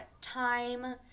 time